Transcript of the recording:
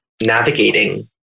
navigating